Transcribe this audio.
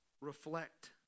reflect